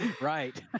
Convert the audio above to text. Right